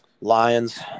Lions